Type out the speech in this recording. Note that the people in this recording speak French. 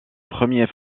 premier